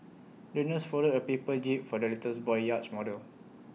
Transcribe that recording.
the nurse folded A paper jib for the little boy's yacht model